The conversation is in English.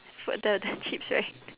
food the the chips right